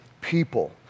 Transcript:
people